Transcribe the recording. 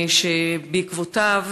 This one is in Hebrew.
שבעקבותיו